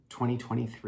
2023